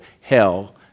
hell